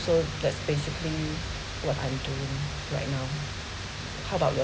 so that's basically what I'm doing right now how about